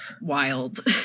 wild